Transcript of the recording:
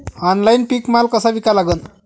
Online पीक माल कसा विका लागन?